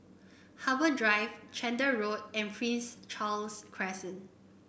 Harbour Drive Chander Road and Prince Charles Crescent